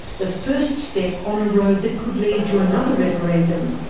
the first step on a road that could lead to another referendum,